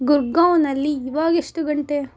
ಗುರ್ಗಾಂವ್ನಲ್ಲಿ ಇವಾಗೆಷ್ಟು ಗಂಟೆ